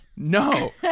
No